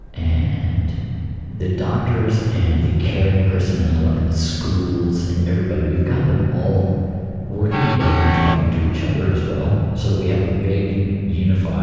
and the doctors and the caring personnel and the schools and everybody, we've got them all working together and talking to each other as well, so that we have a big unified